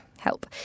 help